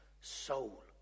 soul